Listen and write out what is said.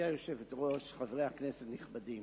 גברתי היושבת-ראש, חברי הכנסת הנכבדים,